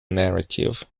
narrative